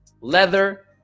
leather